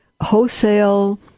wholesale